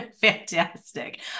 Fantastic